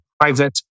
Private